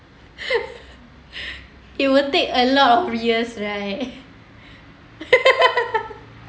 it will take a lot of years right